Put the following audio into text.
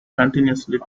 continuously